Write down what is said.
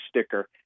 sticker